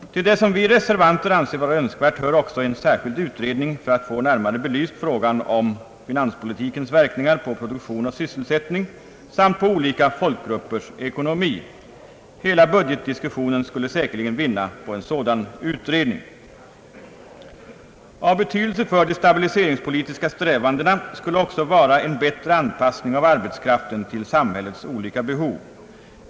Till det som vi reservanter anser vara önskvärt hör också en särskild utredning för att få en närmare belysning av finanspolitikens verkningar på produktion och sysselsättning samt på olika folkgruppers ekonomi. Hela budgetdiskussionen skulle säkerligen vinna på en sådan utredning. politiska strävandena skulle också vara en bättre anpassning av arbetskraften till samhällets olika behov.